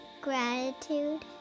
gratitude